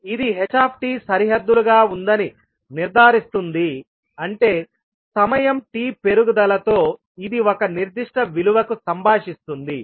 ఇది h సరిహద్దులుగా ఉందని నిర్ధారిస్తుంది అంటే సమయం t పెరుగుదలతో ఇది ఒక నిర్దిష్ట విలువకు సంభాషిస్తుంది